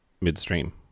midstream